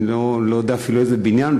ואני לא יודע אפילו איזה בניין,